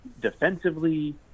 defensively